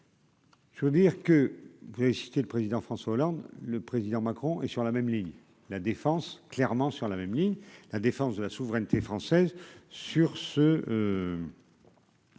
Je veux dire que j'ai cité le président François Hollande le président Macron est sur la même ligne, la défense clairement sur la même ligne, la défense de la souveraineté française sur ce